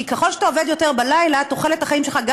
כי ככל שאתה עובד יותר בלילה תוחלת החיים שלך גם